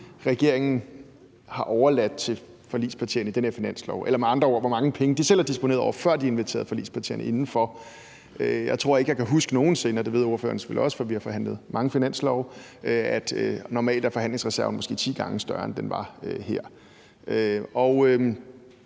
regeringen har overladt til forligspartierne i den her finanslov, eller hvor mange penge de med andre ord selv har disponeret over, før de inviterede forligspartierne indenfor. Jeg tror ikke, jeg kan huske det fra nogen sinde før, og det ved ordføreren selvfølgelig også, for vi har forhandlet mange finanslove, og normalt er forhandlingsreserven måske ti gange større, end den var her, og